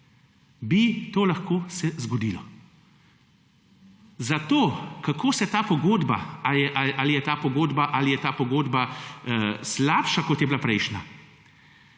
bi to lahko se zgodilo. Zato, kako se ta pogodba, ali je ta pogodba slabša, kot je bila prejšnja,